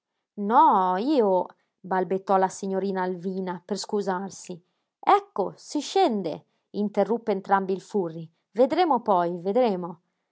no io balbettò la signorina alvina per scusarsi ecco si scende interruppe entrambe il furri vedremo poi vedremo